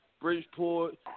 Bridgeport